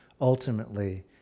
ultimately